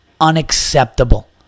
unacceptable